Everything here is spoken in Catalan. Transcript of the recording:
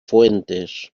fuentes